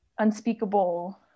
unspeakable